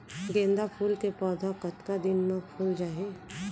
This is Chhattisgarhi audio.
गेंदा फूल के पौधा कतका दिन मा फुल जाही?